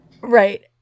Right